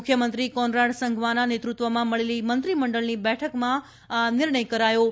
મુખ્યમંત્રી કોનરાડ સંગમાના નેતૃત્વમાં મળેલી મંત્રીમંડળની બેઠકમાં આ નિર્ણય કરાયો છે